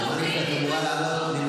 דומני שאת אמורה לעלות.